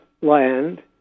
land